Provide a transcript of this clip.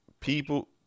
people